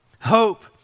hope